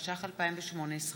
התשע"ח 2018,